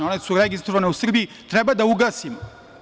One su registrovane u Srbiji, treba da ugasimo.